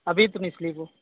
ابھی تو نہیں سلی گو